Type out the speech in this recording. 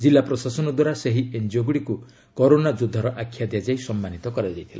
କିଲ୍ଲା ପ୍ରଶାସନ ଦ୍ୱାରା ସେହି ଏନ୍ଜିଓଗୁଡ଼ିକୁ କରୋନା ଯୋଦ୍ଧା ର ଆଖ୍ୟା ଦିଆଯାଇ ସମ୍ମାନିତ କରାଯାଇଥିଲା